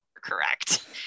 correct